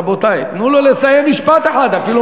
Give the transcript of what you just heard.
רבותי, תנו לו לסיים משפט אחד.